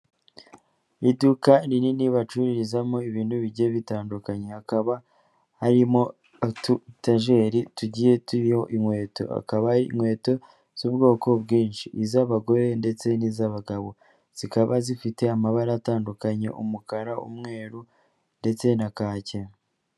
Mu iduka rinini bacururizamo ibintu bigiye bitandukanye, hakaba harimo ututageri tugiye turiho inkweto haba inkweto z'ubwoko bwinshi iz'abagore ndetse n'iz'abagabo, zikaba zifite amabara atandukanye umukara, umweru ndetse na kake.